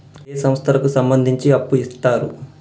ఏ సంస్థలకు సంబంధించి అప్పు ఇత్తరు?